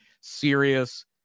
serious